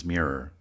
Mirror